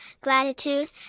gratitude